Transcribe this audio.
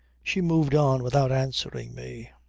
she moved on without answering me.